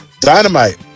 Dynamite